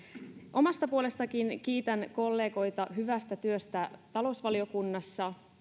omasta puolestanikin kiitän kollegoita hyvästä työstä talousvaliokunnassa